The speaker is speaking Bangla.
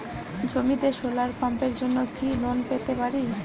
জমিতে সোলার পাম্পের জন্য কি লোন পেতে পারি?